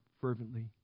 fervently